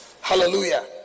Hallelujah